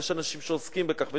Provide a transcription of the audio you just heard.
יש אנשים שעוסקים בכך,